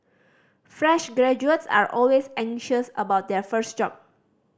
fresh graduates are always anxious about their first job